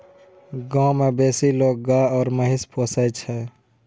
गाम मे बेसी लोक गाय आ महिष पोसय छै